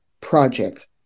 project